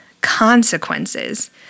consequences